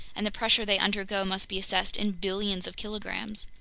and the pressure they undergo must be assessed in billions of kilograms.